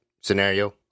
scenario